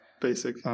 Basic